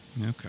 Okay